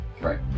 Right